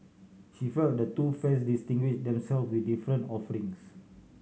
she felt the two fairs distinguish themselves with different offerings